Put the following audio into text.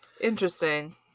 Interesting